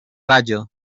rayo